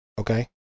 Okay